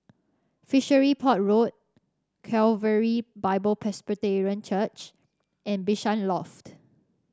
Fishery Port Road Calvary Bible Presbyterian Church and Bishan Loft